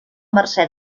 mercè